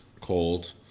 cold